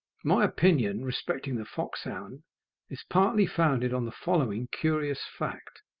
my opinion respecting the foxhound is partly founded on the following curious fact